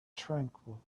tranquil